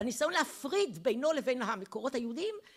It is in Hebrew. הניסיון להפריד בינו לבין המקורות היהודיים.